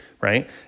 right